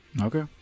Okay